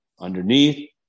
underneath